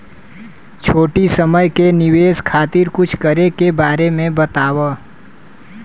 छोटी समय के निवेश खातिर कुछ करे के बारे मे बताव?